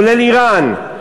כולל איראן.